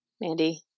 Mandy